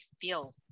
feel